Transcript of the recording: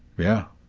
yeah,